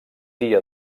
dia